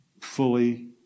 fully